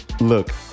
Look